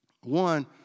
one